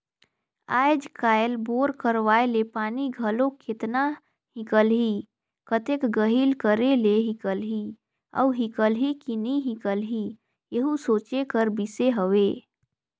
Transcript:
आएज काएल बोर करवाए ले पानी घलो केतना हिकलही, कतेक गहिल करे ले हिकलही अउ हिकलही कि नी हिकलही एहू सोचे कर बिसे हवे